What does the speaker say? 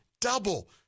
Double